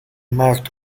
maakt